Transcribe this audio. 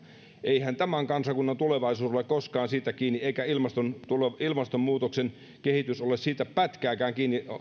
eihän tämän kansakunnan tulevaisuus ole koskaan siitä kiinni eikä ilmastonmuutoksen kehitys ole siitä pätkääkään kiinni